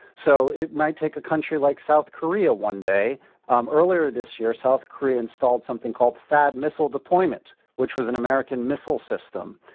so it might take a country like south korea one day um earlier this year, south korea installed something called thaad missile deployment, which was an american missile system.